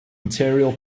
material